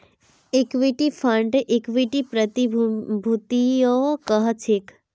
equity फंडक equity प्रतिभूतियो कह छेक